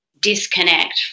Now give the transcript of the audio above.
disconnect